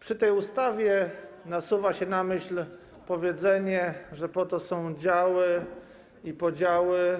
Przy tej ustawie przychodzi na myśl powiedzenie, że po to są działy i podziały,